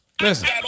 Listen